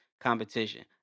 competition